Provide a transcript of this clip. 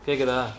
கேக்குதா:kekutha